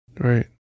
Right